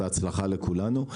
בהצלחה לכולנו.